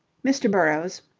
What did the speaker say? mr. burrowes,